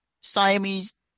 Siamese